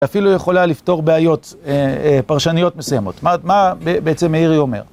אפילו יכולה לפתור בעיות פרשניות מסיימות, מה, מה בעצם מאירי אומר.